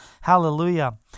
Hallelujah